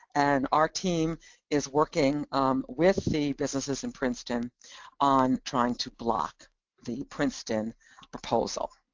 and our team is working with the businesses in princeton on trying to block the princeton proposal